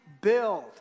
build